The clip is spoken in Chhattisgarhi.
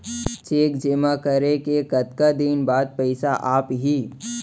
चेक जेमा करें के कतका दिन बाद पइसा आप ही?